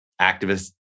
activists